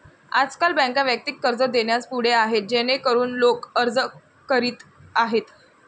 आजकाल बँका वैयक्तिक कर्ज देण्यास पुढे आहेत जेणेकरून लोक अर्ज करीत आहेत